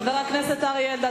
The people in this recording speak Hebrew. חבר הכנסת אריה אלדד,